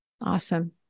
Awesome